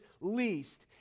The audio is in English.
least